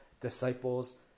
disciples